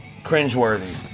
cringeworthy